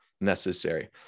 necessary